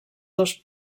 dos